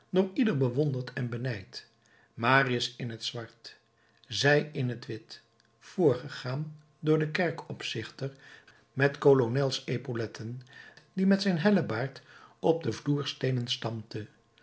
door ieder bewonderd en benijd marius in het zwart zij in het wit voorgegaan door den kerkeopzichter met colonelsepauletten die met zijn hellebaard op de vloersteenen stampte